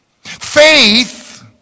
Faith